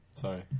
Sorry